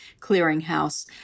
clearinghouse